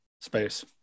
space